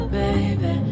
baby